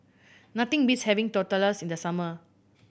nothing beats having Tortillas in the summer